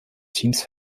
teams